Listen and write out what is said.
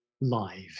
live